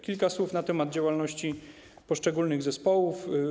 Kilka słów na temat działalności poszczególnych zespołów.